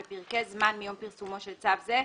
בפרקי זמן מיום פרסומו של צו זה,